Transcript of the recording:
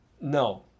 No